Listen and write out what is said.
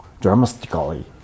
dramatically